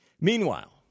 Meanwhile